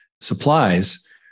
supplies